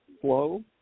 flow